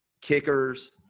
kickers